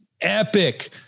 epic